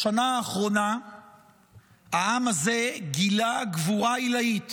בשנה האחרונה העם הזה גילה גבורה עילאית